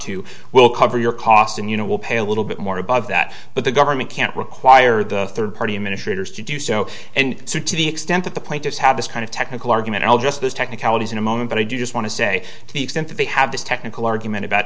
to we'll cover your costs and you know we'll pay a little bit more above that but the government can't require the third party administrators to do so and so to the extent that the plaintiffs have this kind of technical argument i'll just as technicalities in a moment but i just want to say to the extent that they have this technical argument about